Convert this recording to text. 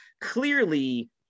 clearly